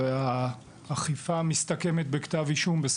והאכיפה מסתכמת בכתב אישום.